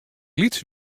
lyts